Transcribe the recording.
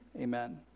amen